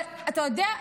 אבל אתה יודע?